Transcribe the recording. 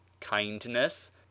kindness